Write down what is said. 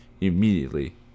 immediately